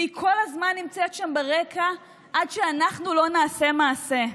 והיא כל הזמן נמצאת שם ברקע עד שאנחנו לא נעשה מעשה.